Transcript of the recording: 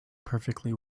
perfectly